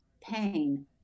pain